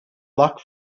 luck